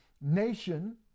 nation